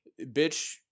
bitch